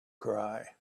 cry